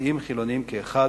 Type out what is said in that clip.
דתיים וחילונים כאחד,